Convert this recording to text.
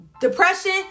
Depression